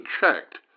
checked